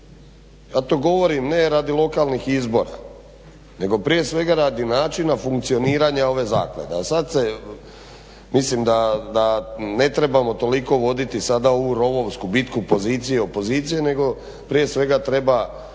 Ja to govorim ne radi lokalnih izbora, nego prije svega radi načina funkcioniranja ove zaklade, a sad se, mislim da ne trebamo toliko voditi sada ovu rovovsku bitku pozicije, opozicije, nego prije svega treba,